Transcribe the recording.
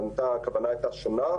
הכוונה הייתה שונה,